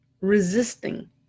resisting